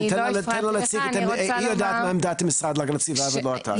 היא יודעת מה עמדת המשרד להגנת הסביבה ולא אתה,